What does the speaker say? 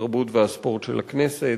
התרבות והספורט של הכנסת,